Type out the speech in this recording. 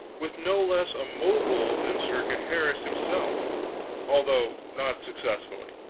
with no less a mogul than sir gaheris himself although not successfully.